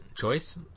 choice